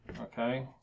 Okay